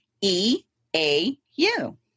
E-A-U